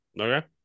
Okay